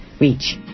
reach